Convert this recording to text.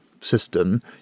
system